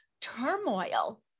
turmoil